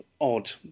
odd